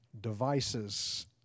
Devices